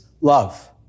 love